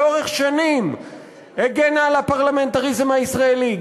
לאורך שנים הגנה על הפרלמנטריזם הישראלי,